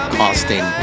costing